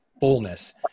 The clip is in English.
fullness